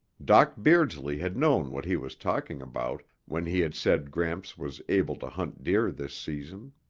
doc beardsley had known what he was talking about when he had said gramps was able to hunt deer this season.